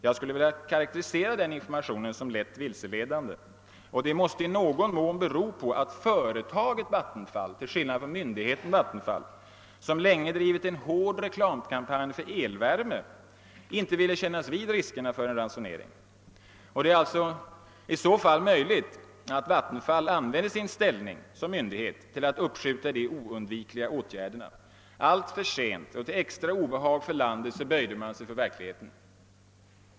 Jag skulle vilja karakterisera den informationen som lätt vilseledande. Och att informationen fick denna utformning måste i någon mån bero på att företaget Vattenfall — till skillnad från myndigheten Vattenfall — som länge drivit en hård reklamkampanj för elvärme inte ville kännas vid riskerna för en ransonering. Det är i så fall möjligt att Vattenfall använt sin ställning som myndighet till att uppskjuta de oundvikliga åtgärderna. Alltför sent och till extra obehag för landet böjde man sig för verkligheten.